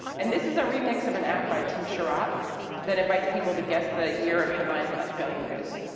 and this is a remix of an app by tim sharott that invites people to guess the year of headlines in australian news.